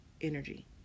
energy